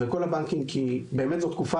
וגם בדיון המשכי שהייתי בו,